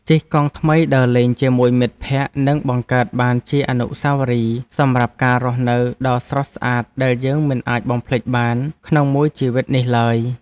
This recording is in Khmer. ជិះកង់ថ្មីដើរលេងជាមួយមិត្តភក្តិនឹងបង្កើតបានជាអនុស្សាវរីយ៍សម្រាប់ការរស់នៅដ៏ស្រស់ស្អាតដែលយើងមិនអាចបំភ្លេចបានក្នុងមួយជីវិតនេះឡើយ។